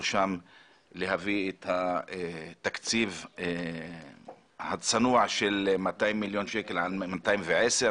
שם להביא את התקציב הצנוע של 200 מיליון שקל ל-210.